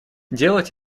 делать